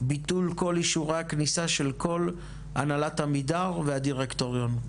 ביטול כל אישורי הכניסה של כל הנהלת עמידר והדירקטוריון.